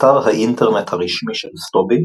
אתר האינטרנט הרשמי של סטובי